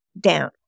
down